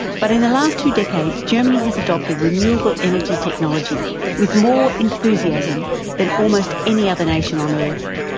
but in the last two decades germany has adopted renewable energy technology with more enthusiasm than almost any other nation on earth.